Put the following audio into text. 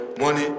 money